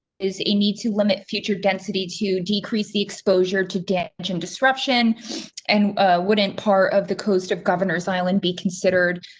is a need to limit future density to decrease the exposure to debt and disruption and wouldn't part of the coast of governors island be considered